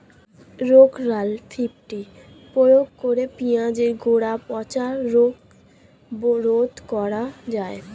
Rovral fifty প্রয়োগ করে পেঁয়াজের গোড়া পচা রোগ রোধ করা যায়?